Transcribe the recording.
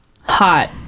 Hot